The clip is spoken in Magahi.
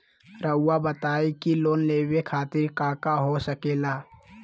रउआ बताई की लोन लेवे खातिर काका हो सके ला?